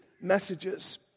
messages